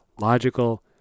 logical